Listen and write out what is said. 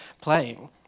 playing